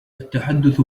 التحدث